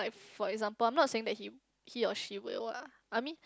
for example I'm not saying that he he or she will lah I mean